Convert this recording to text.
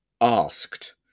asked